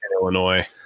Illinois